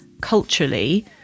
culturally